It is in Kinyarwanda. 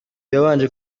yabanje